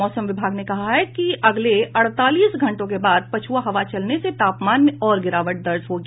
मौसम विभाग ने कहा है कि अगले अड़तालीस घंटों के बाद पछुआ हवा चलने से तापमान में और गिरावट दर्ज होगी